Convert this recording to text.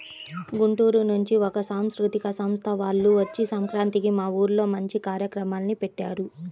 గుంటూరు నుంచి ఒక సాంస్కృతిక సంస్థ వాల్లు వచ్చి సంక్రాంతికి మా ఊర్లో మంచి కార్యక్రమాల్ని పెట్టారు